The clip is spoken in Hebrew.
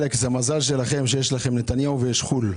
אלכס, המזל שלכם הוא שיש נתניהו ויש חו"ל,